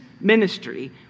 ministry